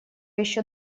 еще